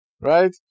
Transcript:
Right